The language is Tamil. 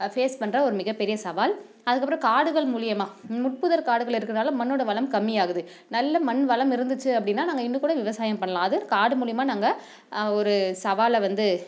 ஃபேஸ் பண்ணுற ஒரு மிகப் பெரிய சவால் அதுக்கப்புறம் காடுகள் மூலிமா முட்புதர் காடுகள் இருக்கிறனால மண்ணோடய வளம் கம்மி ஆகுது நல்ல மண் வளம் இருந்துச்சு அப்படினா நாங்கள் இன்னும் கூட விவசாயம் பண்ணலாம் அதுவும் காடு மூலிமா நாங்கள் ஒரு சவாலை வந்து